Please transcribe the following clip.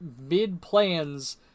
mid-plans